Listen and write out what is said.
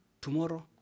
tomorrow